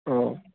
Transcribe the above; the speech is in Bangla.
ও